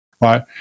right